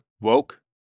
Woke